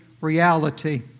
reality